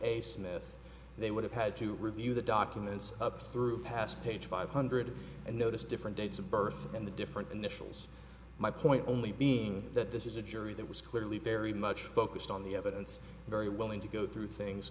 a smith they would have had to review the documents up through past page five hundred and notice different dates of birth and the different initials my point only being that this is a jury that was clearly very much focused on the evidence very willing to go through things